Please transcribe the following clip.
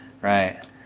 right